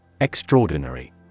Extraordinary